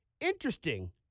interesting